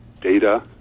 data